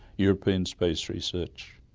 european space research.